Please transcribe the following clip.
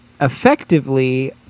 effectively